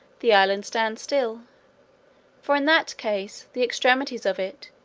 the island stands still for in that case the extremities of it,